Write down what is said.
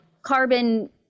carbon